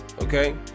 okay